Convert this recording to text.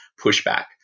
pushback